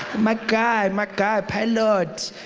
my guy, my guy! pilot!